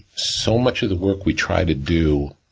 so much of the work we try to do